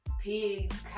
pigs